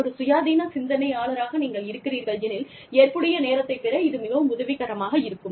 ஒரு சுயாதீன சிந்தனையாளராக நீங்கள் இருக்கிறீர்கள் எனில் ஏற்புடைய நேரத்தை பெற இது மிகவும் உதவிக்கரமாக இருக்கும்